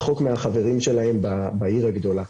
רחוק מהחברים שלהם בעיר הגדולה.